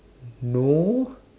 no